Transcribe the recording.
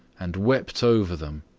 and wept over them,